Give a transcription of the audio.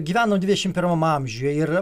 gyvenom dvidešim pirmame amžiuje ir